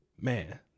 Man